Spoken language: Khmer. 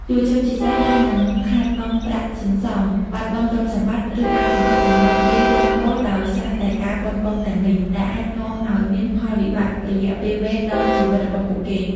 យុវជនជាច្រើនអាចនឹងខាតបង់ប្រាក់សន្សំ បាត់បង់ទ្រព្យសម្បត្តិ ឬអាចជំពាក់បំណុលគេវ័ណ្ឌកដោយសារតែការប៉ុនប៉ងទាំងនេះ ដែលអាចនាំឱ្យមានផលវិបាករយៈពេលវែងដល់ជីវិតរបស់ពួកគេ។